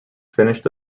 finished